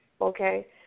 Okay